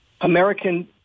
American